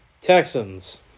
Texans